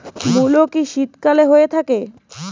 মূলো কি শীতকালে হয়ে থাকে?